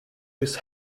his